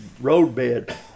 Roadbed